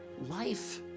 Life